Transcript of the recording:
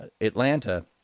Atlanta